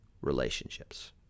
relationships